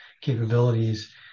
capabilities